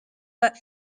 but